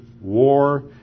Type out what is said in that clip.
war